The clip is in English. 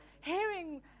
hearing